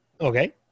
Okay